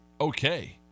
okay